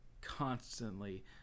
constantly